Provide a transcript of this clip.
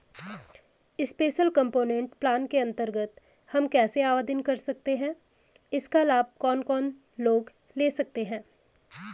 Special component plan के अन्तर्गत हम कैसे आवेदन कर सकते हैं इसका लाभ कौन कौन लोग ले सकते हैं?